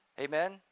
Amen